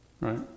Right